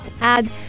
add